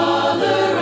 Father